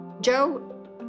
Joe